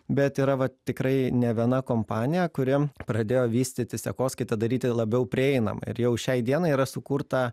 bet yra va tikrai ne viena kompanija kuri pradėjo vystyti sekoskaitą daryti labiau prieinamą ir jau šiai dienai yra sukurta